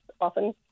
often